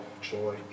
joy